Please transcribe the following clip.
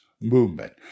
movement